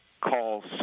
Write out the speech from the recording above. calls